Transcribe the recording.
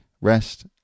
rest